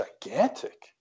gigantic